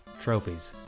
trophies